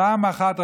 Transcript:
פעם אחת,